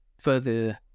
further